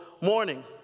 morning